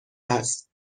است